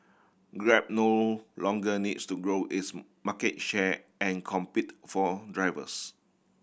grab no longer needs to grow its market share and compete for drivers